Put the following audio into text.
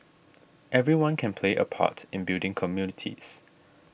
everyone can play a part in building communities